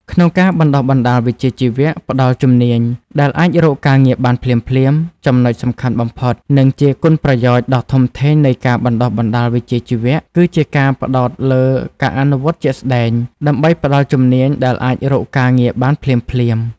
ក្នុងការបណ្តុះបណ្តាលវិជ្ជាជីវៈ ផ្តល់ជំនាញដែលអាចរកការងារបានភ្លាមៗ ចំណុចសំខាន់បំផុត និងជាគុណប្រយោជន៍ដ៏ធំធេងនៃការបណ្តុះបណ្តាលវិជ្ជាជីវៈ គឺការផ្តោតលើ ការអនុវត្តជាក់ស្តែង ដើម្បីផ្តល់ជំនាញដែលអាចរកការងារបានភ្លាមៗ។